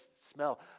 smell